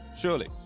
Surely